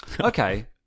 Okay